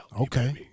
Okay